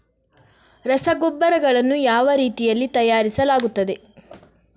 ರಸಗೊಬ್ಬರಗಳನ್ನು ಯಾವ ರೀತಿಯಲ್ಲಿ ತಯಾರಿಸಲಾಗುತ್ತದೆ?